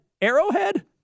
Arrowhead